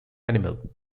animal